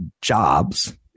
jobs